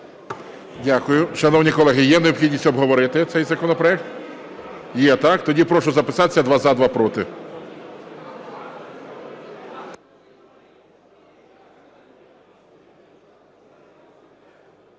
Дякую. шановні колеги, є необхідність обговорити цей законопроект? Є. Тоді прошу записатися: два – за, два – проти.